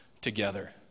together